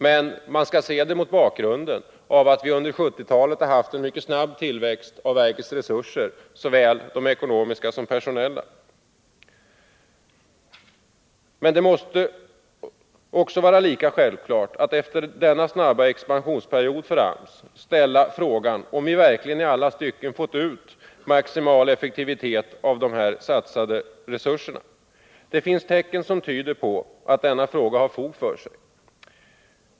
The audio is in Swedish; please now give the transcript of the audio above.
Men man skall se det mot bakgrunden av att vi under 1970-talet haft en mycket snabb tillväxt av verkets resurser, såväl de ekonomiska som de personella. Det måste emellertid vara lika självklart att efter denna snabba expansionsperiod för AMS ställa frågan om vi verkligen i alla stycken fått ut maximal effekt av de satsade resurserna. Det finns tecken som tyder på att denna fråga har fog för sig.